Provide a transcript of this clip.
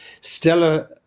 Stella